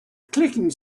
clicking